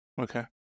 okay